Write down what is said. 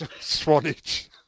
Swanage